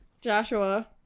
Joshua